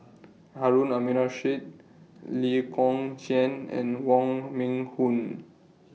Harun Aminurrashid Lee Kong Chian and Wong Meng Voon